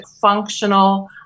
functional